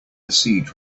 siege